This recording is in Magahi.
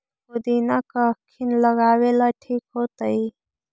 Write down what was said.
पुदिना कखिनी लगावेला ठिक होतइ?